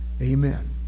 amen